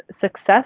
success